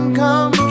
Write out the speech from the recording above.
come